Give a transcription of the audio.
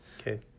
Okay